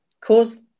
cause